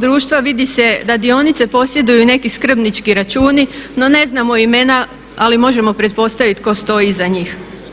društva vidi se da dionice posjeduju neki skrbnički računi, no ne znamo imena ali možemo pretpostaviti tko stoji iza njih.